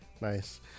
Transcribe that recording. nice